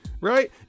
right